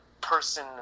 person